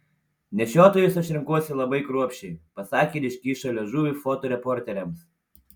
nešiotojus aš renkuosi labai kruopščiai pasakė ir iškišo liežuvį fotoreporteriams